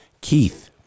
Keith